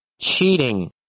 cheating